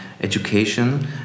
education